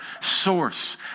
source